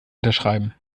unterschreiben